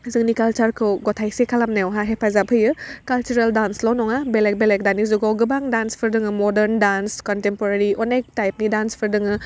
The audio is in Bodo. जोंनि कालसारखौ गथायसे खालामनायावहा हेफाजाब होयो कालसारेल डान्सल' नङा बेलेग बेलेग दानि जुगाव गोबां डान्सफोर दङ मडार्न डान्स कनटेमपरारि अनेक टाइपनि डान्सफोर दोङो